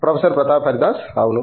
professor Pratap Haridas అవును